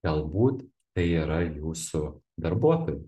galbūt tai yra jūsų darbuotojai